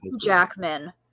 Jackman